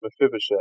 Mephibosheth